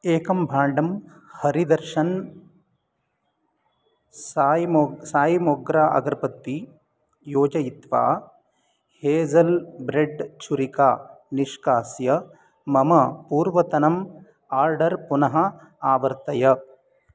एकं भाण्डं हरिदर्शन् साय् मोग् साय् मोग्रा अगर्बत्ती योजयित्वा हेसल् ब्रेड् छुरिकां निष्कास्य मम पूर्वतनम् आर्डर् पुनः आवर्तय